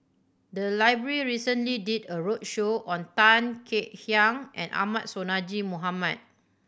the library recently did a roadshow on Tan Kek Hiang and Ahmad Sonhadji Mohamad